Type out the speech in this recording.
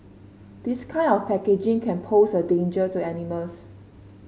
this kind of packaging can pose a danger to animals